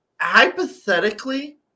Hypothetically